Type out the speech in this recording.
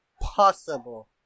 possible